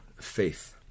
Faith